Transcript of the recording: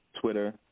Twitter